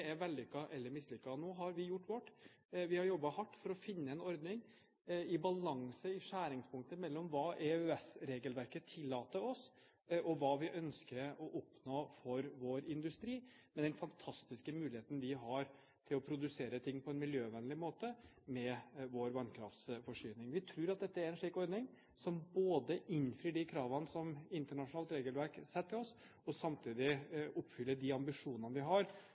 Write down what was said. er vellykket eller mislykket. Nå har vi gjort vårt. Vi har jobbet hardt for å finne en ordning i balanse, i skjæringspunktet mellom hva EØS-regelverket tillater oss, og hva vi ønsker å oppnå for vår industri, med den fantastiske muligheten vi har til å produsere ting på en miljøvennlig måte med vår vannkraftsforsyning. Vi tror at dette er en slik ordning, som både innfrir de kravene som et internasjonalt regelverk setter til oss, og samtidig oppfyller de ambisjonene vi har